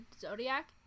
Zodiac